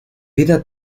vida